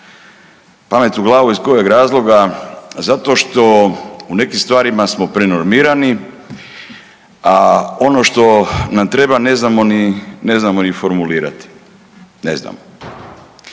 Pamet u glavu iz kojeg razloga? Zato što u nekim stvarima smo prenormirani, a ono što nam treba ne znamo ni, ne znamo